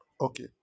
Okay